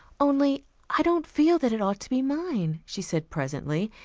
only i don't feel that it ought to be mine, she said presently.